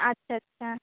আচ্ছা আচ্ছা